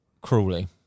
Cruelly